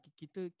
kita